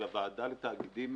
של הוועדה לתאגידים